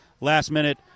last-minute